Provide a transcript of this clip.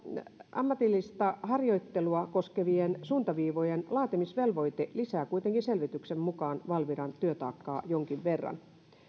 ammatillista harjoittelua koskevien suuntaviivojen laatimisvelvoite lisää kuitenkin selvityksen mukaan valviran työtaakkaa jonkin verran